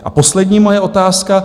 A poslední moje otázka.